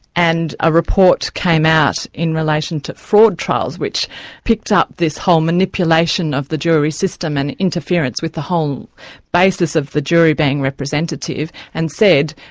and a report came out in relation to fraud trials, which picked up this whole manipulation of the jury system and interference with the whole um basis of the jury being representative, and said,